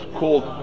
called